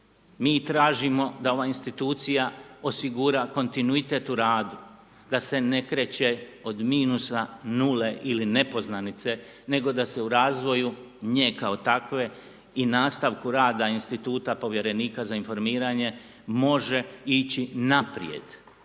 i tražimo da ova institucija osigura kontinuitet u radu, da se ne kreće od minusa, nule ili nepoznanice nego da se u razvoju nje kao takve i nastavku rada instituta povjerenika za informiranje može ići naprijed